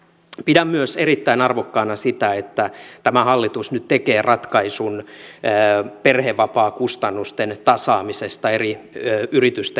pidän myös erittäin arvokkaana sitä että tämä hallitus nyt tekee ratkaisun perhevapaakustannusten tasaamisesta eri yritysten kanssa